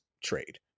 trade